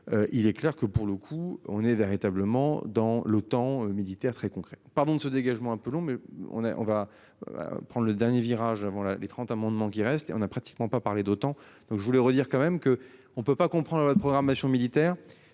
Il est clair que pour le coup, on est véritablement dans le temps militaire très concret pardon de ce dégagement, un peu long mais on a on va. Prendre le dernier virage avant la les 30 amendements qui reste et on a pratiquement pas parlé d'autant. Donc je voulais redire quand même que on ne peut pas comprendre la loi de programmation militaire.